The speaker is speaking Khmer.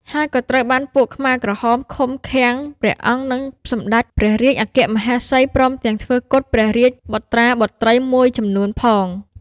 ហើយក៏ត្រូវបានពួកខ្មែរក្រហមឃុំ ឃាំងព្រះអង្គ និងសម្តេចព្រះរាជអគ្គមហេសីព្រមទំាងធ្វើគុតព្រះរាជបុត្រាបុត្រីមួយចំនួនផង។